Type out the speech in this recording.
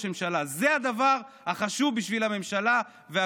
אי-אפשר לעשות את זה בדרך המלך, בדרך